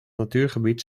natuurgebied